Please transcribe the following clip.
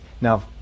Now